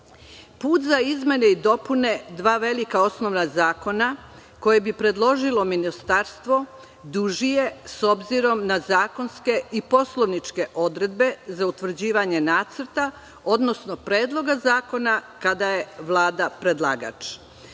za izmene i dopune dva velika osnovna zakona, koje bi predložilo ministarstvo, duži je, s obzirom na zakonske i poslovničke odredbe za utvrđivanje nacrta, odnosno predloga zakona, kada je Vlada predlagač. Ono